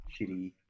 shitty